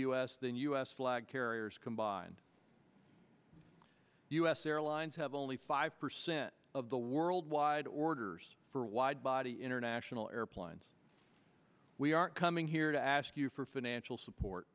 u s than u s flag carriers combined u s airlines have only five percent of the worldwide orders for a wide body international airplanes we aren't coming here to ask you for financial support